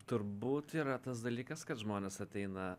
turbūt yra tas dalykas kad žmonės ateina